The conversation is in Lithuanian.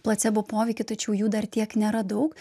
placebo poveikį tačiau jų dar tiek nėra daug